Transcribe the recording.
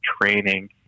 training